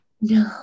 No